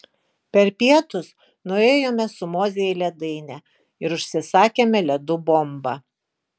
per pietus nuėjome su moze į ledainę ir užsisakėme ledų bombą